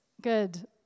Good